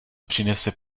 přinese